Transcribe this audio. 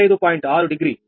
6 degree 1